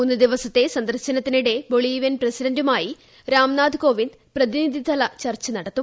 മൂന്ന് ദിവസത്തെ സന്ദർശനത്തിനിടെ ബൊളിവിയൻ പ്രസിഡന്റുമായി രാംനാഥ് കോപ്പിന്റ് പ്രതിനിധിതല ചർച്ച നടത്തും